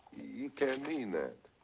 you can't mean that.